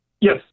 Yes